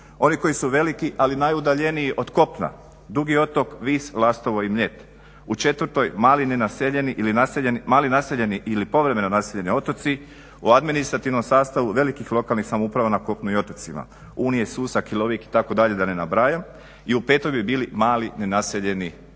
oni koji su veliki ali najudaljeniji od kopna: Dugi otok, Vis, Lastovo i Mljet; u četvrtoj mali naseljeni ili povremeno naseljeni otoci u administrativnom sastavu velikih lokalnih samouprava na kopnu i otocima: Unije, Susak, Ilovik itd., da ne nabrajam, i u petoj bi bili mali nenaseljeni otoci.